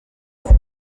y’isi